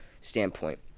standpoint